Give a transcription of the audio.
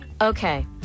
Okay